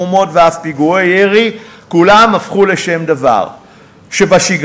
מהומות ואף פיגועי ירי, כולם הפכו לדבר שבשגרה.